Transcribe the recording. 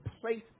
place